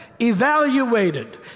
evaluated